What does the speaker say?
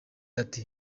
ati